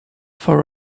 for